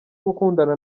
gukundana